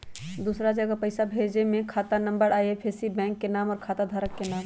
दूसरा जगह पईसा भेजे में खाता नं, आई.एफ.एस.सी, बैंक के नाम, और खाता धारक के नाम?